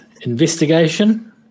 investigation